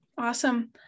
Awesome